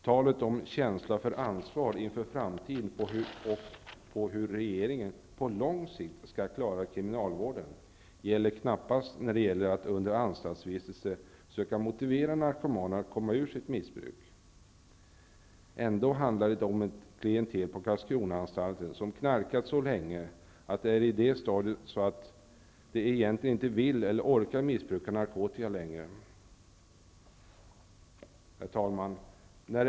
Talet om känsla för ansvar inför framtiden och om hur regeringen på lång sikt skall klara kriminalvården gäller knappast då man skall söka motivera narkomaner att under anstaltsvistelse komma ur sitt missbruk. Ändå handlar det om ett klientel på Karlskronaanstalten som har knarkat så länge. Missbrukarna är i det stadiet att de egentligen inte vill eller orkar missbruka narkotika längre. Herr talman!